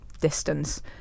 distance